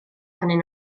arnyn